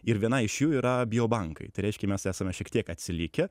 ir viena iš jų yra biobankai tai reiškia mes esame šiek tiek atsilikę